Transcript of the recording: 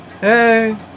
Hey